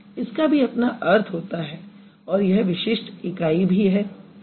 इसका भी अपना अर्थ होता है और यह विशिष्ट इकाई भी है